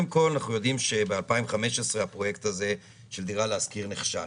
אנחנו יודעים שב-2015 הפרויקט של דירה להשכיר נכשל.